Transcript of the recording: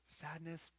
sadness